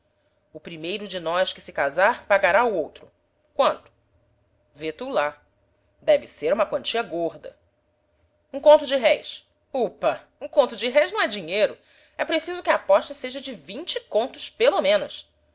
o primeiro de nós que se casar pagará ao outro quanto vê tu lá deve ser uma quantia gorda um conto de réis upa um conto de réis não é dinheiro é preciso que a aposta seja de vinte contos pelo menos